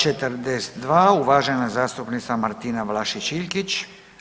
42 uvažena zastupnica Martina Vlašić Iljkić.